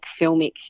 filmic